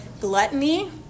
gluttony